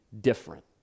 different